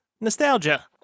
Nostalgia